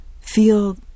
feel